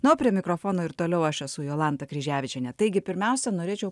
na o prie mikrofono ir toliau aš esu jolanta kryževičienė taigi pirmiausia norėčiau